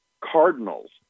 cardinals